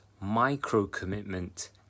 micro-commitment